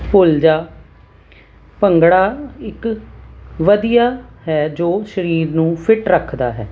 ਭੁੱਲ ਜਾ ਭੰਗੜਾ ਇੱਕ ਵਧੀਆ ਹੈ ਜੋ ਸਰੀਰ ਨੂੰ ਫਿਟ ਰੱਖਦਾ ਹੈ